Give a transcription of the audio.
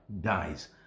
dies